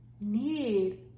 need